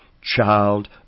child